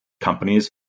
companies